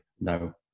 no